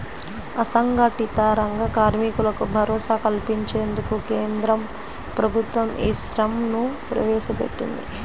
అసంఘటిత రంగ కార్మికులకు భరోసా కల్పించేందుకు కేంద్ర ప్రభుత్వం ఈ శ్రమ్ ని ప్రవేశపెట్టింది